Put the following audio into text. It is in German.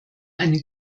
eine